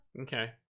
Okay